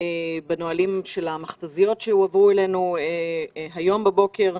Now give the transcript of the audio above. בנהלים של המכת"זיות שהועברו אלינו הבוקר,